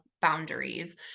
boundaries